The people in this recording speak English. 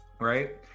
Right